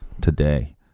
today